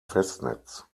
festnetz